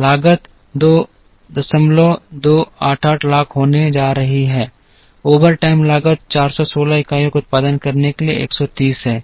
लागत 2288 लाख होने जा रही है ओवरटाइम लागत 416 इकाइयों का उत्पादन करने के लिए 130 है